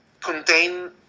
contain